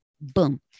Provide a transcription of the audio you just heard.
boom